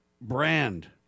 brand